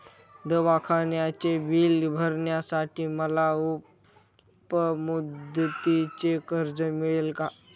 दवाखान्याचे बिल भरण्यासाठी मला अल्पमुदतीचे कर्ज मिळेल का?